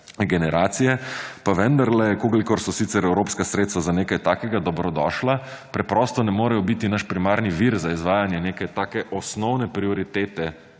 generacije. Pa vendarle, kolikor so sicer evropska sredstva za nekaj takega dobrodošla, preprosto ne morejo biti naš primarni vir za izvajanje neke take osnovne prioriteta